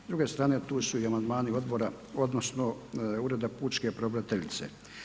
S druge strane tu su i amandmani odbora, odnosno Ureda pučke pravobraniteljice.